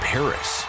Paris